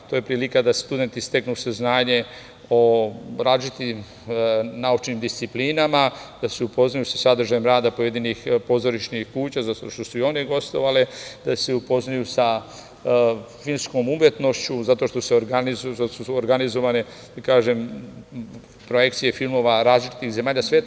To je prilika da studenti steknu saznanje o različitim naučnim disciplinama, da se upoznaju sa sadržajem rada pojedinih pozorišnih kuća zato što su i one gostovale, da se upoznaju sa filmskom umetnošću zato što su organizovane pojekcije filmova različitih zemalja sveta.